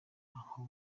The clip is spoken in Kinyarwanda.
aho